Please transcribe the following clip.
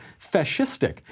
fascistic